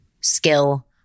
skill